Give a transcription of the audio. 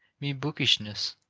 mere bookishness,